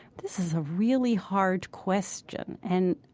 this is a really hard question and